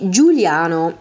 Giuliano